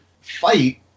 fight